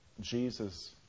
Jesus